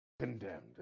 condemned